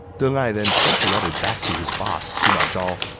deng ai then sent a letter back to his boss, sima zhao,